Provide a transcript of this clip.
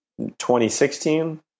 2016